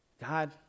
God